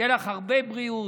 שיהיו לך הרבה בריאות,